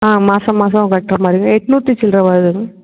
ஆ மாதம் மாதம் கட்டுற மாதிரிங்களா எட்னூற்றி சில்லரை வருதுங்க